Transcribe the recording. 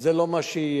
זה לא מה שיהיה.